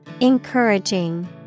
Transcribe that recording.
Encouraging